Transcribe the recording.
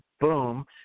boom